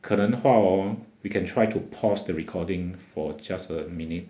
可能的话我 we can try to pause the recording for just a minute